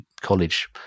college